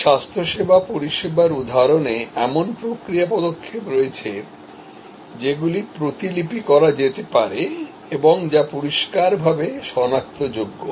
এই স্বাস্থ্যসেবা পরিষেবার উদাহরণে এমন প্রক্রিয়া পদক্ষেপ রয়েছে যাগুলি প্রতিলিপি করা যেতে পারে এবং যা পরিষ্কারভাবে সনাক্তযোগ্য